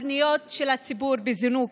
הפניות של הציבור בזינוק,